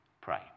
pray